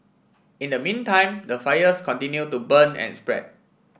in the meantime the fires continue to burn and spread